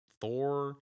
Thor